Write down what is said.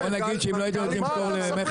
בוא נגיד שאם לא הייתם נותנים פטור ממכס